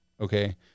okay